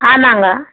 ஆமாம்ங்க